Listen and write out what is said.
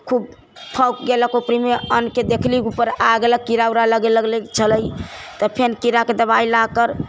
खूब अन्नके देखली उपर आ गेलक कीड़ा उड़ा लगे लगै छलै तऽ फेन कीड़ाके दबाइ ला कर